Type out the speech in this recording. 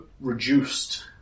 reduced